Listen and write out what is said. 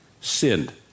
sinned